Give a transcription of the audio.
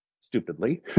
stupidly